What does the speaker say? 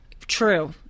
True